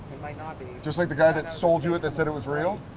might not be. just like the guy that sold you it that said it was real?